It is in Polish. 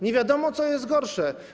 Nie wiadomo, co jest gorsze.